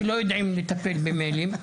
שלא יודעים לטפל במיילים.